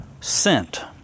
sent